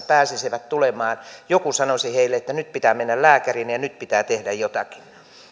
pääsisivät tulemaan joku sanoisi heille että nyt pitää mennä lääkäriin ja nyt pitää tehdä jotakin